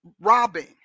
robbing